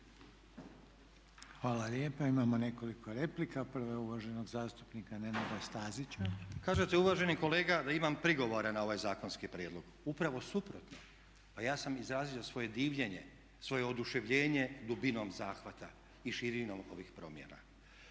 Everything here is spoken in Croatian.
Hvala lijepa. Imamo nekoliko replika. Prva je uvaženog zastupnika Nenada Stazića. **Stazić, Nenad (SDP)** Kažete uvaženi kolega da imam prigovore na ovaj zakonski prijedlog. Upravo suprotno, pa ja sam izrazio svoje divljenje, svoje oduševljenje dubinom zahvata i širine ovih promjena.